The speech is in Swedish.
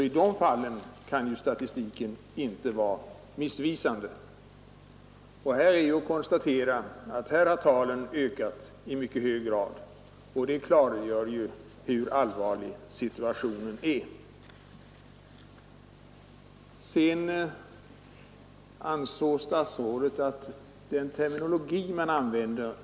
I de fallen kan ju inte statistiken vara missvisande. Här är att konstatera att dessa brott har ökat i mycket hög grad, och det klargör hur allvarlig situationen är. Sedan ansåg statsrådet att det är likgiltigt vilken terminologi man använder.